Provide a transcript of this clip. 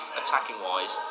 attacking-wise